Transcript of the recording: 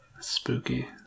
Spooky